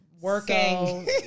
Working